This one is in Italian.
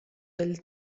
del